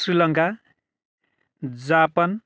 Sri Lanka Japan